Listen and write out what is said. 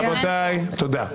רבותיי, תודה.